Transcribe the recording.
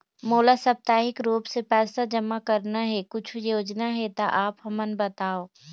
मोला साप्ताहिक रूप से पैसा जमा करना हे, कुछू योजना हे त आप हमन बताव?